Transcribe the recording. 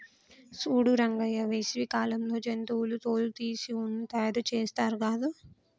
సూడు రంగయ్య వేసవి కాలంలో జంతువుల తోలు తీసి ఉన్ని తయారుచేస్తారు గాదు